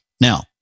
Now